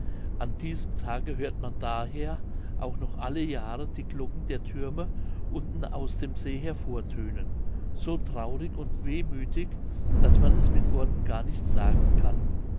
an diesem tage hört man daher auch noch alle jahre die glocken der thürme unten aus dem see hervortönen so traurig und wehmüthig daß man es mit worten gar nicht sagen kann